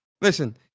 listen